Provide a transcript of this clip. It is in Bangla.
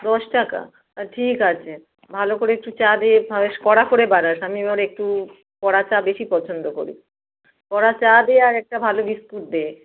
দশ টাকা ঠিক আছে ভালো করে একটু চা দে ভা বেশ কড়া করে বানাস আমি আবার একটু কড়া চা বেশি পছন্দ করি কড়া চা দে আর একটা ভালো বিস্কুট দে